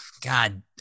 God